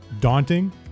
daunting